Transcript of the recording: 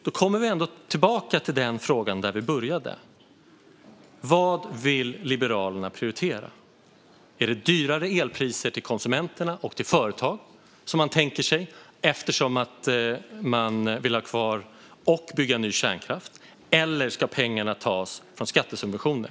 Då kommer vi tillbaka till den fråga där vi började: Vad vill Liberalerna prioritera? Är det dyrare elpriser till konsumenterna och företagen som man tänker sig eftersom man vill ha kvar, och bygga ny, kärnkraft? Eller ska pengarna tas från skattesubventioner?